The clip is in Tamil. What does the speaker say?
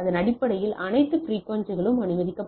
அதன் அடிப்படையில் அனைத்து பிரிக்குவென்சிகளும் அனுமதிக்கப்படாது